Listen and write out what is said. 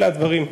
אלה הדברים.